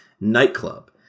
nightclub